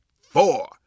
four